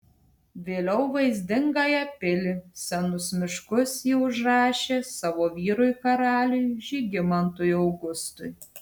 vėliau vaizdingąją pilį senus miškus ji užrašė savo vyrui karaliui žygimantui augustui